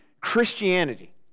Christianity